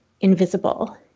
invisible